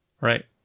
Right